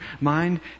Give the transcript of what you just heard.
mind